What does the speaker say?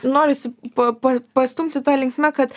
norisi pa pa pastumti ta linkme kad